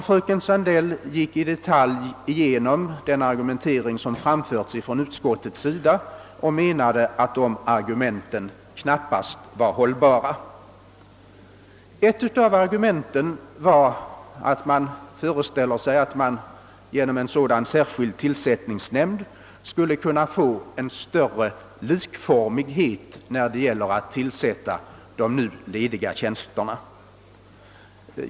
Fröken Sandell gick nu i detalj igenom de argument som framförs i utskottsutlåtandet och menade att dessa knappast var hållbara. Ett av de i utlåtandet anförda argumenten är att vi genom en särskild tillsättningsnämnd skulle kunna få större likformighet när det gäller att tillsätta de nu lediga tjänsterna.